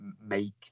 make